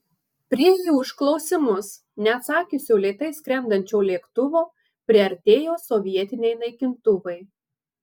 prie į užklausimus neatsakiusio lėtai skrendančio lėktuvo priartėjo sovietiniai naikintuvai